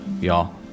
y'all